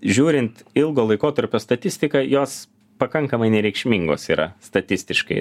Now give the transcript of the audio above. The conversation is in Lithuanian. žiūrint ilgo laikotarpio statistiką jos pakankamai nereikšmingos yra statistiškai